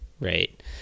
right